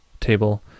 table